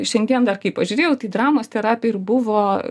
šiandien dar kai pažiūrėjau tai dramos terapija ir buvo